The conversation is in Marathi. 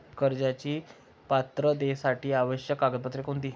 कर्जाच्या पात्रतेसाठी आवश्यक कागदपत्रे कोणती?